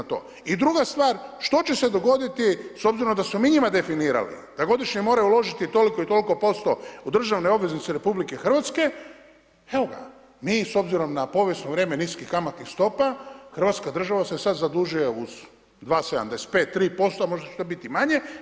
I druga stvar, što će se dogoditi s obzirom da smo mi njima definirali da godišnje moraju uložiti toliko i toliko posto u državne obveznice RH, evo ga, mi s obzirom na povijesno vrijeme niskih kamatnih stopa, Hrvatska država se sad zadužuje uz 2,75-3%, a možda će to biti i manje.